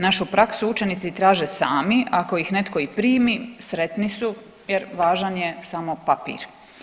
Našu praksu učenici traže sami, ako ih netko i primi sretni su jer važan je samo papir.